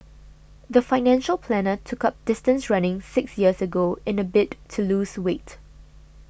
the financial planner took up distance running six years ago in a bid to lose weight